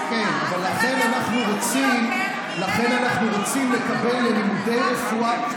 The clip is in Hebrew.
אבל לכן אנחנו רוצים לקבל ללימודי רפואה,